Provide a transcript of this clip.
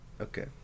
Okay